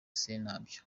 sentabyo